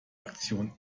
aktion